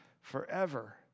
forever